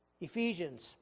Ephesians